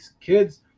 Kids